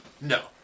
No